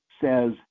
says